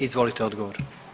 Izvolite odgovor.